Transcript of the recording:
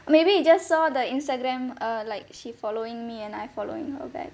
maybe you just saw the Instagram err like she following me and I following her back